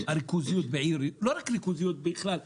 הריכוזיות לא רק ריכוזיות בכלל במקרו,